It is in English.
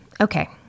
Okay